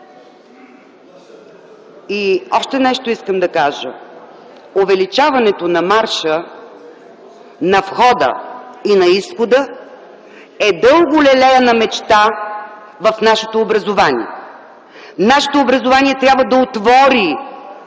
Още нещо искам да кажа. Увеличаването на марша на входа и на изхода е дълго лелеяна мечта в нашето образование. Нашето образование трябва да отвори